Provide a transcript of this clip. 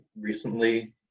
recently